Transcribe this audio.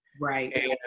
Right